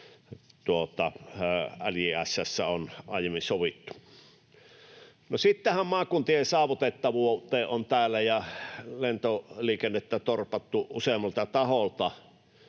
LJS:ssä on aiemmin sovittu. Sitten tähän maakuntien saavutettavuuteen. Täällä lentoliikennettä on torpattu useammalta taholta,